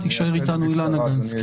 תישאר איתנו אילנה גנס.